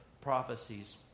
prophecies